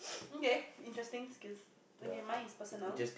okay interesting skills okay mine is personal